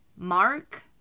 Mark